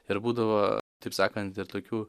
ir būdavo taip sakant ir tokių